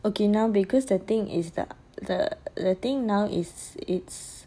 okay lah because the thing is the the the thing now is it's